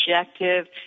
objective